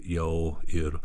jau ir